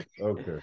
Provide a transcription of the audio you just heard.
okay